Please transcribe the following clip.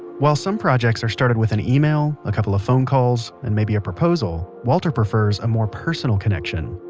while some projects are started with an email, a couple phone calls, and maybe a proposal, walter prefers a more personal connection,